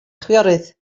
chwiorydd